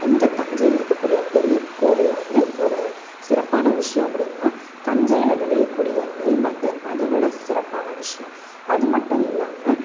இந்த தஞ்சையில் இருக்கக்கூடிய பெரிய கோவில் வந்து ஒரு சிறப்பான விஷயம் அப்படின்னா தஞ்சையில் விளைய கூடிய நெல் வந்து அதைவிட சிறப்பான விஷயம் அதுமட்டும் இல்லாமல்